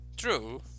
true